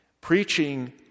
Preaching